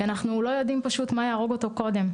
כי אנחנו לא יודעים פשוט מה יהרוג אותו קודם,